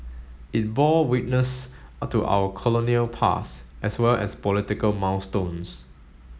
it bore witness to our colonial past as well as political milestones